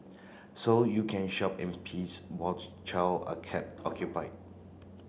so you can shop in peace while the child are kept occupied